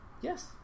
Yes